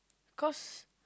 cause